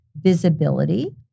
visibility